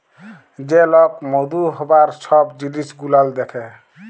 যে লক মধু হ্যবার ছব জিলিস গুলাল দ্যাখে